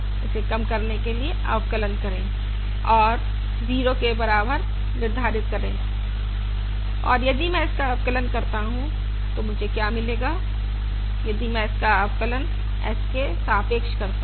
इसे कम करने के लिए अवकलन करें और 0 के बराबर निर्धारित करें और यदि मैं इसका अवकलन करता हूं तो मुझे क्या मिलेगा यदि मैं इसका अवकलन h के सापेक्ष करता हूं